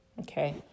okay